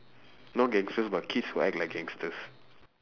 not gangsters but kids who act like gangsters